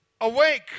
awake